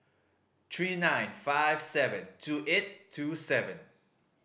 three nine five seven two eight two seven